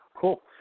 Cool